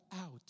out